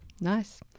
Nice